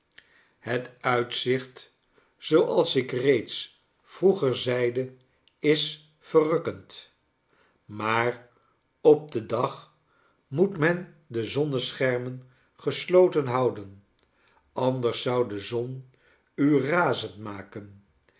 het uitzicht zooals ik reeds vroeger zeide is verrukkend maar op den dag moet men de zonneschermen gesloten houden anders zou de zon u razend maken